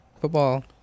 Football